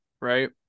right